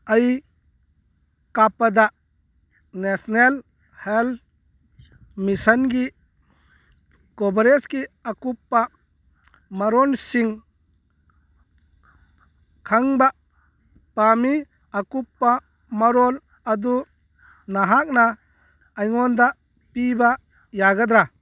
ꯑꯩ ꯀꯥꯞꯄꯗ national health ꯃꯤꯁꯟꯒꯤ ꯀꯣꯚꯔꯦꯁꯀꯤ ꯑꯀꯨꯞꯄ ꯃꯔꯣꯜꯁꯤꯡ ꯈꯪꯕ ꯄꯥꯝꯃꯤ ꯑꯀꯨꯞꯄ ꯃꯔꯣꯜ ꯑꯗꯨ ꯅꯍꯥꯛꯅ ꯑꯩꯉꯣꯟꯗ ꯄꯤꯕ ꯌꯥꯒꯗ꯭ꯔꯥ